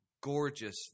gorgeous